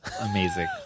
amazing